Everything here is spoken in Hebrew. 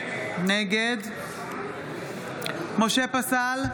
נגד משה פסל,